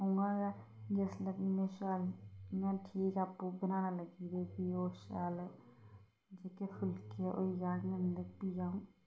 उ'यां गै जिसलै में शैल इयां ठीक आपूं बनान लगी पेई फ्ही ओह् शैल जेह्के फुलके होई जंदे फ्ही अ'ऊं